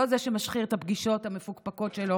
לא זה שמשחיר את הפגישות המפוקפקות שלו